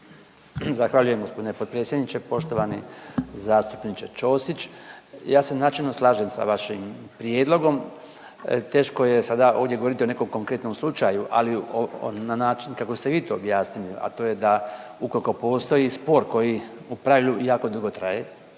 Zahvaljujem g. potpredsjedniče. Poštovani zastupniče Ćosić, ja se načelno slažem sa vašim prijedlogom, teško je sada ovdje govoriti o nekom konkretnom slučaju, ali na način kako ste vi to objasnili, a to je da ukolko postoji spor koji u pravilu jako dugo traje,